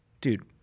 Dude